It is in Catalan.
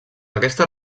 aquesta